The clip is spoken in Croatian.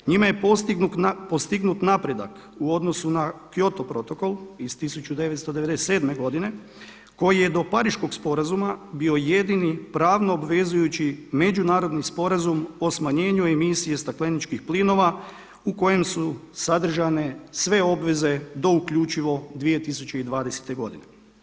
Njime je postignut napredak na Kyoto protokol iz 1997. godine koji je do Pariškog sporazuma bio jedini pravno obvezujući međunarodni sporazum o smanjenju emisije stakleničkih plinova u kojem su sadržane sve obveze do uključivo 2020. godine.